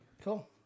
Cool